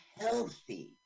healthy